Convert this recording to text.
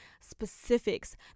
specifics